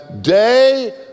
day